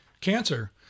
cancer